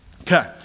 Okay